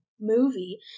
movie